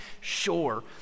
sure